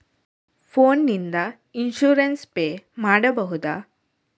Phone ನಿಂದ insurance pay ಮಾಡಬಹುದ?